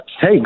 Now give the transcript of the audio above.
Hey